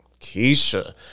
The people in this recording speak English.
Keisha